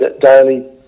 daily